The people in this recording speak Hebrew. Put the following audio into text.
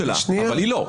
שזה דבר לא ראוי.